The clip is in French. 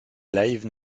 live